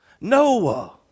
Noah